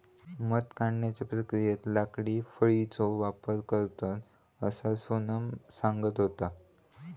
मध काढण्याच्या प्रक्रियेत लाकडी फळीचो वापर करतत, असा सोनम सांगत होता